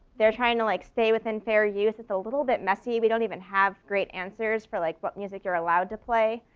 they're trying to like stay within fair use, it's a little bit messy. we don't even have great answers for like what music you're allowed to play.